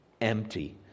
empty